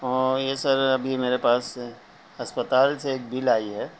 ہاں yes sir ابھی میرے پاس اسپتال سے ایک بل آئی ہے